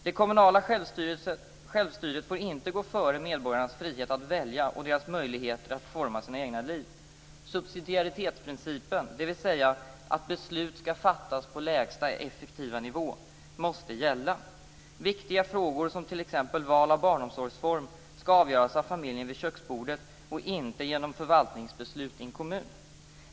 Det kommunala självstyret får inte gå före medborgarnas frihet att välja och deras möjligheter att forma sina egna liv. Subsidiaritetsprincipen, dvs. att beslut skall fattas på lägsta effektiva nivå, måste gälla. Viktiga frågor, som t.ex. val av barnomsorgsform, skall avgöras av familjen vid köksbordet och inte genom ett förvaltningsbeslut i en kommun.